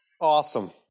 Awesome